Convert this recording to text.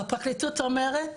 הפרקליטות אומרת